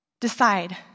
decide